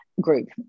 Group